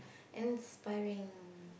inspiring